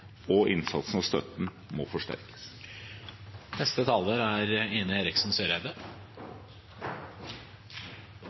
og innsatsen og støtten må forsterkes.